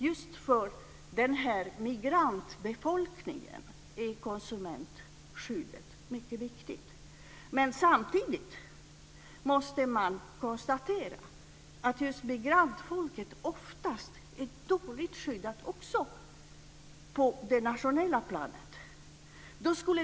Just för migrantbefolkningen är konsumentskyddet mycket viktigt. Men samtidigt måste man konstatera att just migrantfolket oftast är dåligt skyddat också på det nationella planet.